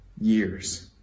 years